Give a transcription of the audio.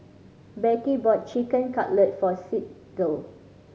Beckie bought Chicken Cutlet for Sydell